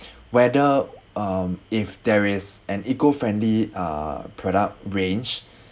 whether um if there is an eco friendly uh product range